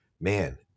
man